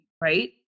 right